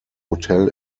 hotel